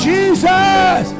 Jesus